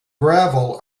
gravel